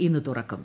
ഇന്ന് തുറക്കും